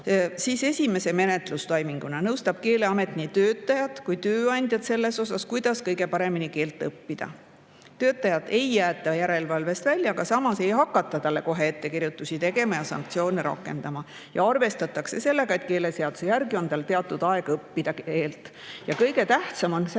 siis esimese menetlustoiminguna nõustab Keeleamet nii töötajat kui ka tööandjat selles, kuidas kõige paremini keelt õppida. Töötajat ei jäeta järelevalvest välja, aga talle ei hakata kohe ettekirjutusi tegema ja sanktsioone rakendama. Arvestatakse sellega, et keeleseaduse järgi on tal teatud aeg keelt õppida. Kõige tähtsam on säilitada